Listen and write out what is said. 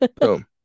Boom